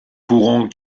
courant